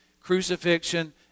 crucifixion